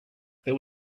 there